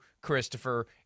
Christopher